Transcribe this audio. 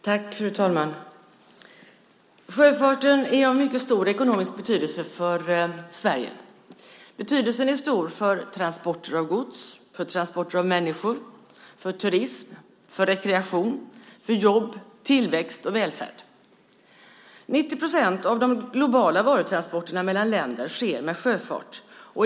Fru talman! Sjöfarten är av mycket stor ekonomisk betydelse för Sverige. Betydelsen är stor för transporter av gods, för transporter av människor, för turism, för rekreation, för jobb, tillväxt och välfärd. 90 procent av de globala varutransporterna mellan länder sker med sjöfart.